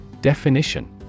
Definition